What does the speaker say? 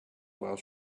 while